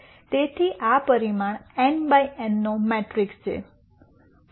તેથી આ પરિમાણ n બાય એનનો મેટ્રિક્સ છે